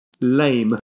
lame